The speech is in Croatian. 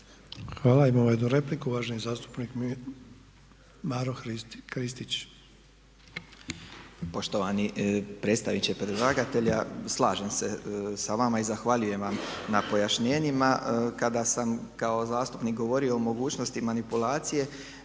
Hvala. Imao jednu repliku uvaženi zastupnik Maro Kristić. **Kristić, Maro (MOST)** Poštovani predstavniče predlagatelja, slažem se sa vama i zahvaljujem vam na pojašnjenjima. Kada sam kako zastupnik govorio o mogućnosti manipulacije